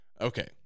okay